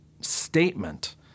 statement